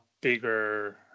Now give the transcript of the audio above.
bigger